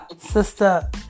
sister